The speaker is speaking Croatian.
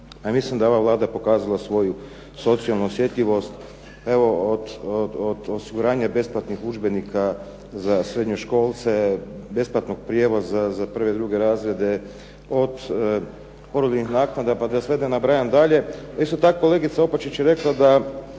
Ja mislim da je ova Vlada pokazala svoju socijalnu osjetljivost. Pa evo od osiguranja besplatnih udžbenika za srednjoškolce, besplatnog prijevoza za prve i druge razdoblje. Od porodiljnih naknada pa da sve ne nabrajam dalje. Isto tako kolegica Opačić je rekla da